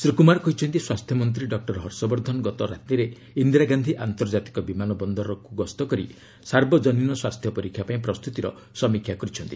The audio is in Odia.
ଶ୍ରୀ କୁମାର କହିଛନ୍ତି ସ୍ୱାସ୍ଥ୍ୟମନ୍ତ୍ରୀ ଡକ୍ଟର ହର୍ଷବର୍ଦ୍ଧନ ଗତ ରାତିରେ ଇନ୍ଦିରା ଗାନ୍ଧି ଆନ୍ତର୍ଜାତିକ ବିମାନ ବନ୍ଦର ଗସ୍ତ କରି ସାର୍ବଜନୀନ ସ୍ୱାସ୍ଥ୍ୟ ପରୀକ୍ଷା ପାଇଁ ପ୍ରସ୍ତୁତିର ସମୀକ୍ଷା କରିଛନ୍ତି